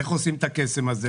איך עושים את הקסם הזה